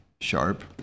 sharp